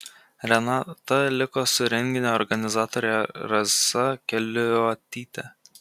renata liko su renginio organizatore rasa keliuotyte